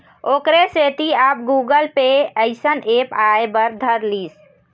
ओखरे सेती अब गुगल पे अइसन ऐप आय बर धर लिस